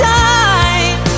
time